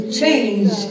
change